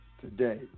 today